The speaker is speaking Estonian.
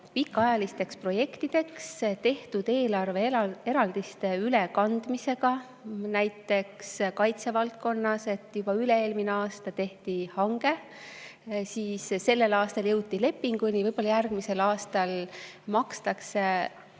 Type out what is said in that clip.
pikaajalisteks projektideks tehtud eelarve eraldiste ülekandmisega. Näiteks kaitsevaldkonnas tehti juba üle-eelmisel aastal hange, sellel aastal jõuti lepinguni, võib-olla järgmisel aastal makstakse viimane osa